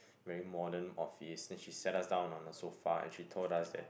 very modern office then she sat us down on the sofa and she told us that